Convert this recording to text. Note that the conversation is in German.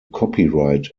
copyright